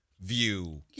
view